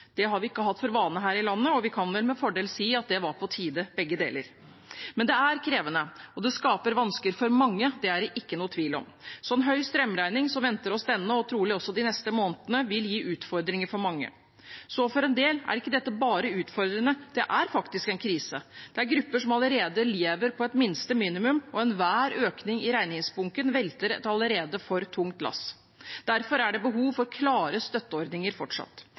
Det har vi ikke hatt for vane her i landet, og vi kan vel med fordel si at det var på tide med begge deler. Det er krevende, og det skaper vansker for mange; det er det ingen tvil om. En så høy strømregning som venter oss denne og trolig også de neste månedene, vil gi utfordringer for mange. For en del er ikke dette bare utfordrende; det er faktisk en krise. Det er grupper som allerede lever på et minste minimum, og enhver økning i regningsbunken velter et allerede for tungt lass. Derfor er det behov for klare støtteordninger fortsatt.